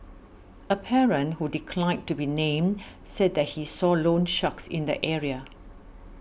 a parent who declined to be named said that he saw loansharks in the area